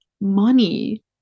money